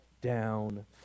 down